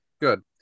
Good